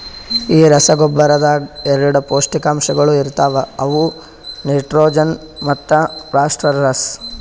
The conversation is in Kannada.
ಈ ರಸಗೊಬ್ಬರದಾಗ್ ಎರಡ ಪೌಷ್ಟಿಕಾಂಶಗೊಳ ಇರ್ತಾವ ಅವು ನೈಟ್ರೋಜನ್ ಮತ್ತ ಫಾಸ್ಫರ್ರಸ್